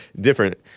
different